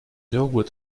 joghurt